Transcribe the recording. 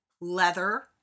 leather